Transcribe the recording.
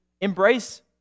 embrace